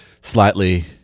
slightly